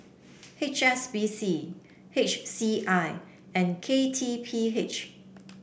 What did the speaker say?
H S B C H C I and K T P H